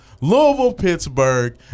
Louisville-Pittsburgh